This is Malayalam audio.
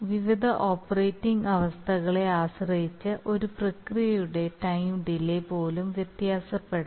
വിവിധ ഓപ്പറേറ്റിംഗ് അവസ്ഥകളെ ആശ്രയിച്ച് ഒരു പ്രക്രിയയുടെ ടൈം ഡിലേ പോലും വ്യത്യാസപ്പെടാം